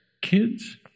Kids